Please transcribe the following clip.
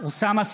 אוסאמה